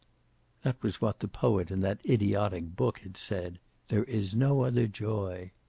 that was what the poet in that idiotic book had said there is no other joy.